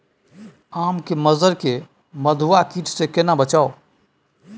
आम के मंजर के मधुआ कीट स केना बचाऊ?